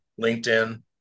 LinkedIn